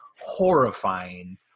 horrifying